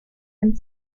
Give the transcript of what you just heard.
and